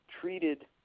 treated